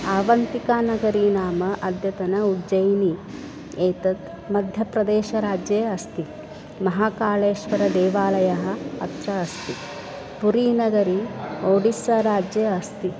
आवन्तिकानगरी नाम अद्यतन उज्जैनी एतत् मध्यप्रदेशराज्ये अस्ति महाकाळेश्वरदेवालयः अत्र अस्ति पुरीनगरी ओडिस्साराज्ये अस्ति